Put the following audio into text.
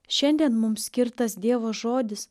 šiandien mums skirtas dievo žodis